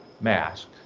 Mask